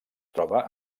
troba